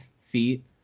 feet